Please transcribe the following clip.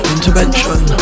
Intervention